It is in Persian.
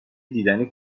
دیدنی